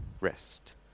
rest